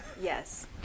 Yes